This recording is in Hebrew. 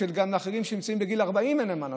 כשאחרים שנמצאים בגיל 40 אין להם מה לעשות,